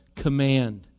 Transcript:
command